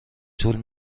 طول